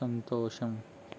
సంతోషం